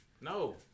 No